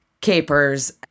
capers